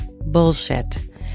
bullshit